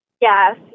Yes